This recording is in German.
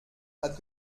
hat